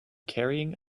carrying